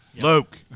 Luke